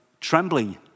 trembling